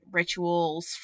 rituals